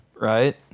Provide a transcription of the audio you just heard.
Right